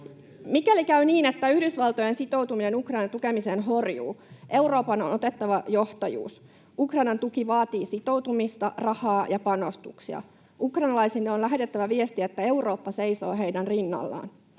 Mikäli käy niin, että Yhdysvaltojen sitoutuminen Ukrainan tukemisen horjuu, Euroopan on otettava johtajuus. Ukrainan tuki vaatii sitoutumista, rahaa ja panostuksia. Ukrainalaisille on lähetettävä viesti, että Eurooppa seisoo heidän rinnallaan.